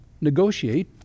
negotiate